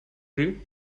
sie